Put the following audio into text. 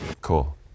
Cool